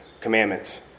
commandments